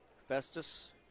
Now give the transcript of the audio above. Festus